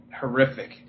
horrific